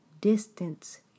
Distance